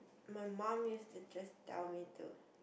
my mum used to just tell me to